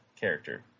character